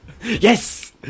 yes